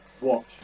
watch